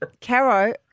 Caro